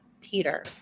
Peter